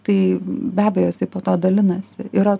tai be abejo jis po to dalinasi yra